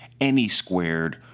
AnySquared